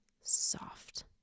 soft